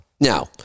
Now